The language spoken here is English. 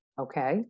okay